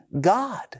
God